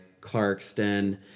Clarkston